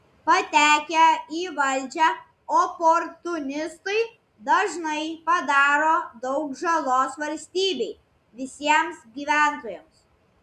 patekę į valdžią oportunistai dažnai padaro daug žalos valstybei visiems gyventojams